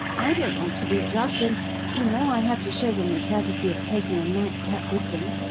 i don't want to be drugged, and you know i have to show them the courtesy of taking a night-cap with them.